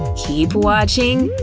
keep watching,